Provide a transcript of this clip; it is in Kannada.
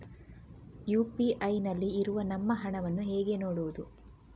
ಯು.ಪಿ.ಐ ನಲ್ಲಿ ಇರುವ ನಮ್ಮ ಹಣವನ್ನು ಹೇಗೆ ನೋಡುವುದು?